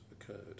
occurred